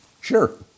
Sure